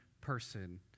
person